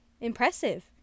impressive